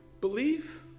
believe